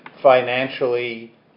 financially